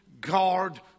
God